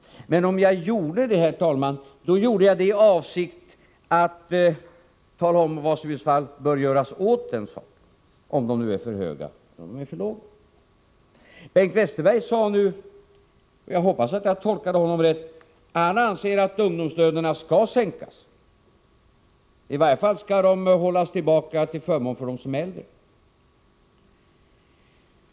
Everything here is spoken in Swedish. Men om jag skulle göra det, herr talman, skulle jag göra det i avsikt att tala om vad som i så fall bör göras åt saken oavsett om de nu är för höga eller för låga. Bengt Westerberg anser — jag hoppas att jag tolkade honom rätt — att ungdomslönerna skall sänkas. I varje fall skall de hållas tillbaka till förmån för de äldres löner.